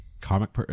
comic